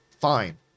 Fine